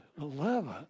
Eleven